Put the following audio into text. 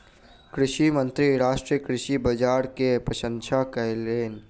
कृषि मंत्री राष्ट्रीय कृषि बाजार के प्रशंसा कयलैन